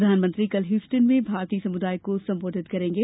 प्रधानमंत्री कल ह्यूस्टन में भारतीय समुदाय को सम्बोधित करेंगे